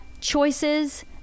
choices